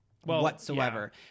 whatsoever